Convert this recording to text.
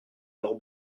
leur